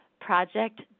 Project